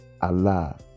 allah